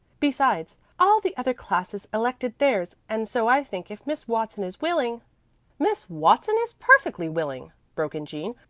besides, all the other classes elected theirs, and so i think, if miss watson is willing miss watson is perfectly willing, broke in jean.